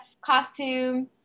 costume